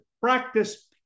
practice